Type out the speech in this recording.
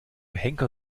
henker